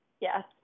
Yes